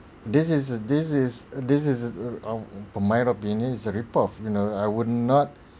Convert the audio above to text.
this is this is this is err for my opinion is a rip off you know I would not